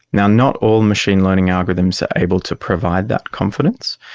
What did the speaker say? now, not all machine learning algorithms are able to provide that confidence.